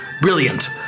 brilliant